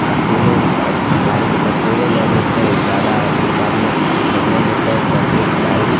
आओर तेलो गाड़ीके पेट्रोलो लऽ लै छै जादा डिब्बामे आओर नहि लेतै तऽ फेर गाड़ी